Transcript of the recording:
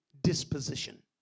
disposition